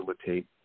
facilitate